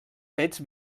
fets